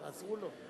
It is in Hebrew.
תעזרו לו.